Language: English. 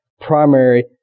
primary